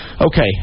Okay